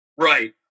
right